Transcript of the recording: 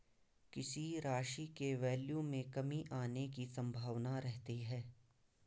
किसी राशि के वैल्यू में कमी आने की संभावना रहती है